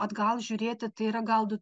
atgal žiūrėti tai yra gal du